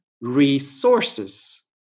resources